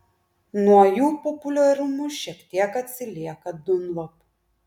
nuo jų populiarumu šiek tiek atsilieka dunlop